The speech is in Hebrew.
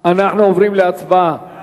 אנחנו עוברים להצבעה.